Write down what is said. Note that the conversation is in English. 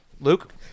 Luke